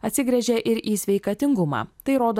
atsigręžia ir į sveikatingumą tai rodo